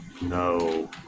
No